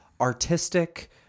artistic